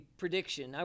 prediction